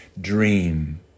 dream